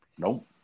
Nope